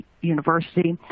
University